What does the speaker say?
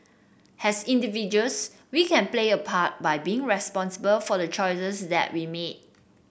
as individuals we can play a part by being responsible for the choices that we make